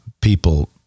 people